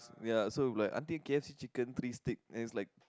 ya so like aunty k_f_c chicken three stick then it's like